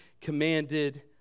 commanded